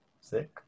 sick